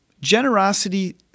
generosity